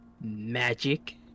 magic